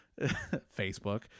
Facebook